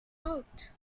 out